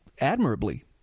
admirably